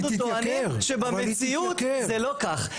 אנחנו טוענים שבמציאות זה לא כך.